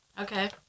Okay